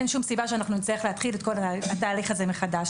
אין שום סיבה שאנחנו נצטרך להתחיל את כל התהליך הזה מחדש.